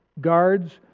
guards